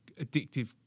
addictive